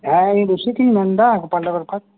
ᱦᱮᱸ ᱤᱧ ᱨᱤᱥᱤᱠ ᱤᱧ ᱢᱮᱱ ᱮᱫᱟ ᱜᱳᱯᱟᱞᱱᱚᱜᱚᱨ ᱠᱷᱚᱡ